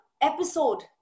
episode